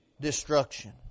destruction